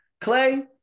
Clay